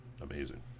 Amazing